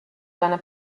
seine